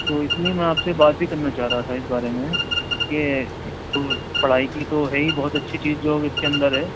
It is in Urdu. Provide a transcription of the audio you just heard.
تو اس لیے میں آپ سے بات بھی کرنا چاہ رہا تھا اس بارے میں کہ تو پڑھائی کی تو ہے ہی بہت اچھی چیز جو اب اس کے اندر ہے